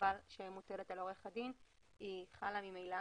חובה שמוטלת על עורך הדין והיא חלה ממילא,